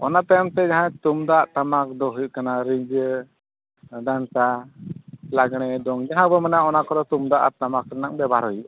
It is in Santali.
ᱚᱱᱟ ᱛᱟᱭᱚᱢ ᱛᱮ ᱡᱟᱦᱟᱸ ᱛᱩᱢᱫᱟᱜ ᱴᱟᱢᱟᱠ ᱫᱚ ᱦᱩᱭᱩᱜ ᱠᱟᱱᱟ ᱨᱤᱡᱟᱹ ᱰᱟᱱᱴᱟ ᱞᱟᱜᱽᱬᱮ ᱫᱚᱝ ᱡᱟᱦᱟᱸ ᱠᱚ ᱢᱮᱱᱟᱜᱼᱟ ᱚᱱᱟ ᱠᱚᱫᱚ ᱛᱩᱢᱫᱟᱜ ᱟᱨ ᱴᱟᱢᱟᱠ ᱨᱮᱱᱟᱜ ᱵᱮᱵᱚᱦᱟᱨ ᱦᱩᱭᱩᱜᱼᱟ